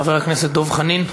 חבר הכנסת דב חנין.